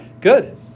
Good